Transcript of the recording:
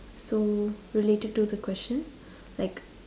so related to the question like